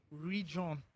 region